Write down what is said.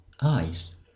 eyes